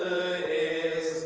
a